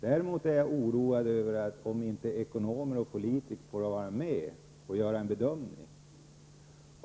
Däremot blir jag oroad om ekonomer och politiker inte får vara med och göra en bedömning.